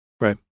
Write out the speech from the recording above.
right